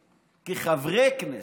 בכנסת, כחברי כנסת,